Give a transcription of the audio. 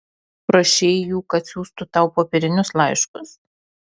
prašei jų kad siųstų tau popierinius laiškus